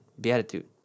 beatitude